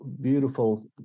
beautiful